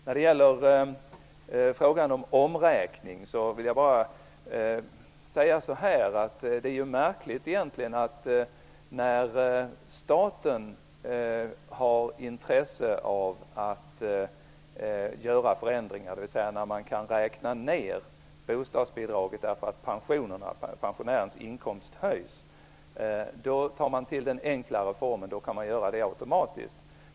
När det gäller frågan om omräkning vill jag bara säga att det är märkligt att när staten har intresse av att göra förändringar, dvs. när man kan räkna ner bostadsbidraget därför att pensionärernas inkomster höjs, tar man till den enklare formen, då kan man göra det automatiskt.